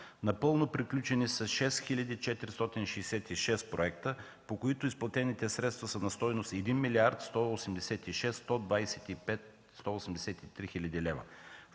Напълно приключени са 6466 проекта, по които изплатените средства са на стойност 1 млрд. 186 млн. 125 хил.